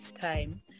time